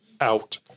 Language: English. Out